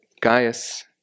Gaius